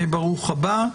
ברוך הבא.